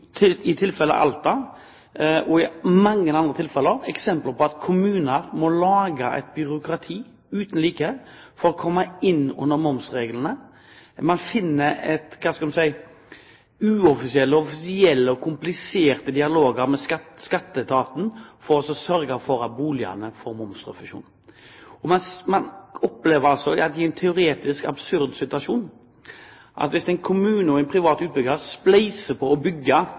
mange andre tilfeller eksempler på at kommuner må lage et byråkrati uten like for å komme inn under momsreglene. Man finner – skal vi si – uoffisielle og offisielle kompliserte dialoger med skatteetaten for å sørge for at boligene får momsrefusjon. Man opplever, i en teoretisk, absurd situasjon, at hvis en kommune og en privat utbygger spleiser på å bygge